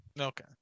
Okay